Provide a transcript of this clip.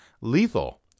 lethal